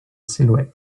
silhouette